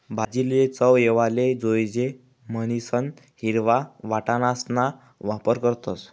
भाजीले चव येवाले जोयजे म्हणीसन हिरवा वटाणासणा वापर करतस